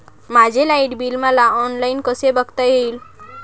माझे light bill मला online कसे बघता येईल?